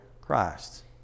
Christ